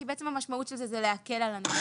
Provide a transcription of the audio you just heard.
כי בעצם המשמעות של זה היא להקל על הנכה.